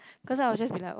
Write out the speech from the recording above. cause I would just be like oh